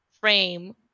frame